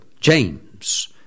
James